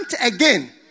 again